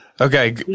Okay